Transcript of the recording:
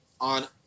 on